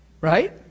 Right